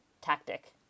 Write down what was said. tactic